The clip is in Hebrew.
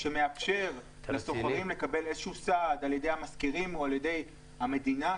שמאפשר לשוכרים לקבל איזשהו סעד על ידי המשכירים או על ידי המדינה?